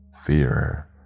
Fear